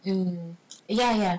mm ya ya